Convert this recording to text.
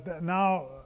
Now